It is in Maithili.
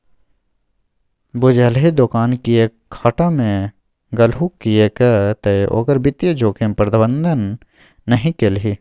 बुझलही दोकान किएक घाटा मे गेलहु किएक तए ओकर वित्तीय जोखिम प्रबंधन नहि केलही